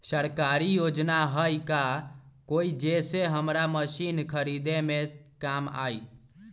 सरकारी योजना हई का कोइ जे से हमरा मशीन खरीदे में काम आई?